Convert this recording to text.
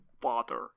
father